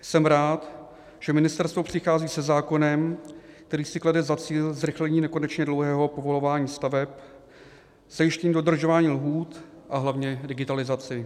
Jsem rád, že ministerstvo přichází se zákonem, který si klade za cíl zrychlení nekonečně dlouhého povolování staveb, zajištění dodržování lhůt a hlavně digitalizaci.